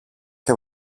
και